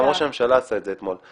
גם ראש הממשלה עשה את זה אתמול,